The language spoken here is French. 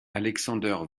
alexander